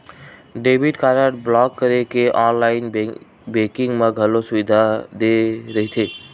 debit card block करे के online banking म घलो सुबिधा दे रहिथे